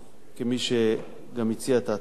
כמי שגם הציעה את ההצעה הזאת,